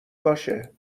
باشه